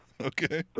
Okay